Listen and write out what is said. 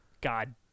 God